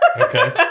okay